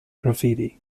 graffiti